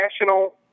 national